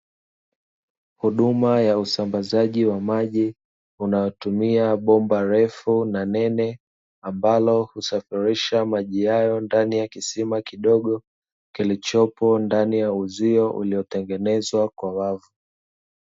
Huduma ya usambazaji wa maji unaotumia bomba refu na nene ambalo husafirirsha maji hayo ndani ya kisima kidogo kllichopo ndani ya uzio uliotengenezwa kwa wavu.